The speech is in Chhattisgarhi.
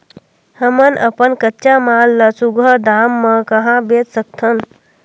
हमन अपन कच्चा माल ल सुघ्घर दाम म कहा बेच सकथन?